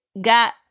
got